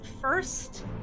first